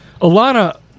Alana